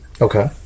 Okay